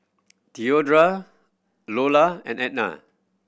theodora Iola and Ednah